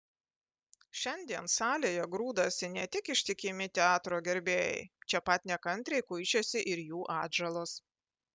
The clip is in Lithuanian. šiandien salėje grūdasi ne tik ištikimi teatro gerbėjai čia pat nekantriai kuičiasi ir jų atžalos